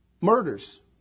murders